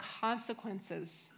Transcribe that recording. consequences